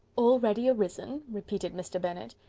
already arisen? repeated mr. bennet.